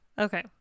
Okay